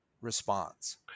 response